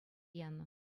янӑ